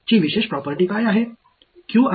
ஆனால் மற்றும் சிறப்புப் பண்பு என்ன